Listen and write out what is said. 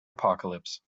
apocalypse